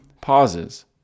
pauses